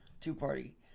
two-party